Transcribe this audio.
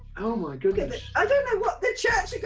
oh my goodness. i don't know what.